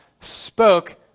spoke